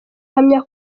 ahamya